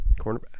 cornerback